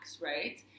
right